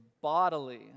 bodily